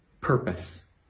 purpose